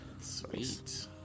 Sweet